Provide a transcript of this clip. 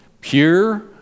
pure